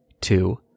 two